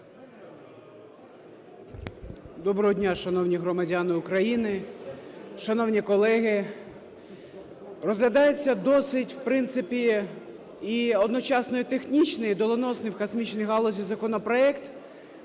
Доброго дня, шановні громадяни України, шановні колеги! Розглядається досить, в принципі, і одночасно і технічний, і доленосний в космічній галузі законопроект,